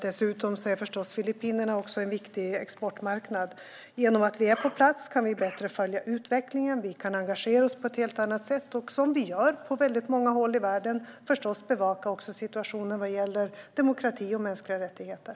Dessutom är Filippinerna en viktig exportmarknad. Genom att vi är på plats kan vi bättre följa utvecklingen. Vi kan engagera oss på ett helt annat sätt och, som vi gör på väldigt många håll i världen, förstås också bevaka situationen vad gäller demokrati och mänskliga rättigheter.